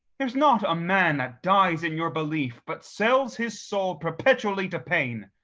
there's not a man that dies in your belief, but sells his soul perpetually to pain.